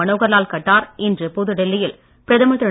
மனோகர்லால் கட்டார் இன்று புதுடெல்லியில் பிரதமர் திரு